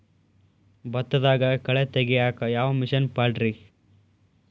ಭತ್ತದಾಗ ಕಳೆ ತೆಗಿಯಾಕ ಯಾವ ಮಿಷನ್ ಪಾಡ್ರೇ?